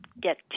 get